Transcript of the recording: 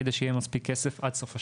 כדי שיהיה מספיק כסף עד סוף השנה,